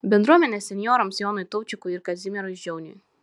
bendruomenės senjorams jonui taučikui ir kazimierui žiauniui